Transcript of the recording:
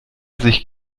sich